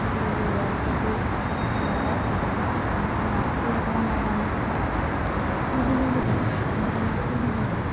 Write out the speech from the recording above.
আজিকালি ল'ৰা ছোৱালীবিলাকে একাংক নাট কৰিবও নাজানে কি বুলি সোধে একাংক নাট কি বুলি সোধে